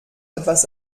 etwas